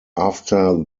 after